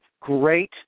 Great